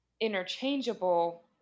interchangeable